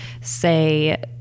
say